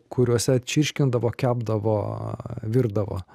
kuriuose čirškindavo kepdavo virdavo